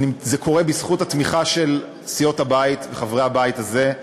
זה קורה בזכות התמיכה של סיעות הבית וחברי הבית הזה,